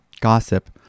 gossip